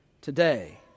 today